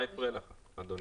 מה הפריע לך, אדוני?